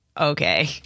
okay